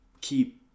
keep